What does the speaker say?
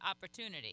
opportunity